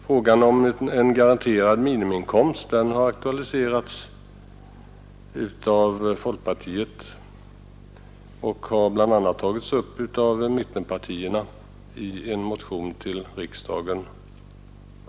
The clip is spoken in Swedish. Frågan om en garanterad minimiinkomst har diskuterats av folkpartiet, och den har under flera år tagits upp i motioner till riksdagen.